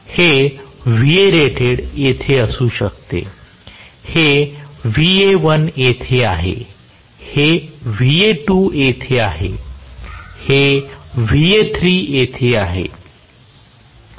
हे येथे असू शकते हे Va1 येथे आहे हे Va2 येथे आहे हे Va3 येथे आहे